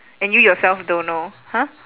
and you yourself don't know !huh!